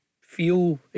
feel